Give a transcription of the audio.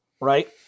Right